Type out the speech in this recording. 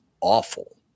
awful